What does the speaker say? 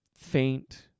faint